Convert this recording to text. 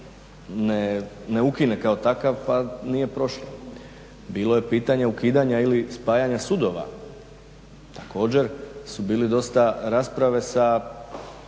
ne ukine kao takav pa nije prošlo. Bilo je pitanje ukidanja ili spajanja sudova, također su bile dosta rasprave sa